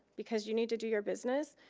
because you need to do your business,